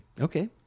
okay